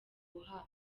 guhabwa